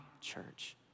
church